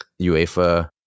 UEFA